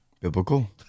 Biblical